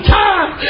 time